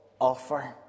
offer